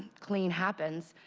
clean happens,